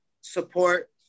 support